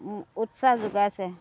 উৎসাহ যোগাইছে